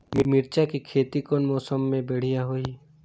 मिरचा के खेती कौन मौसम मे बढ़िया होही?